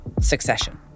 succession